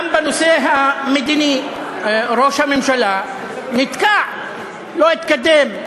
גם בנושא המדיני, ראש הממשלה נתקע, לא התקדם,